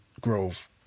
Grove